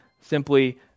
simply